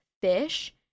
fish